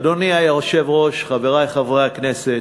אדוני היושב-ראש, חברי חברי הכנסת,